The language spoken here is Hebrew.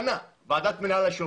שנה ועדת מינהל השירות.